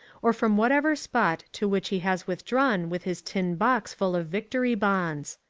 or from whatever spot to which he has withdrawn with his tin box full of victory bonds.